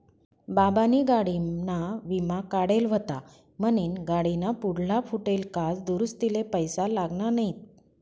बाबानी गाडीना विमा काढेल व्हता म्हनीन गाडीना पुढला फुटेल काच दुरुस्तीले पैसा लागना नैत